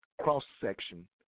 cross-section